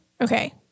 Okay